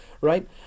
right